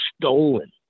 stolen